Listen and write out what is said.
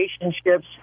relationships